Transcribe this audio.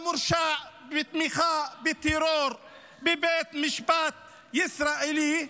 המורשע בתמיכה בטרור בבית משפט ישראלי,